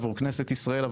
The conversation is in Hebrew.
כנסת ישראל,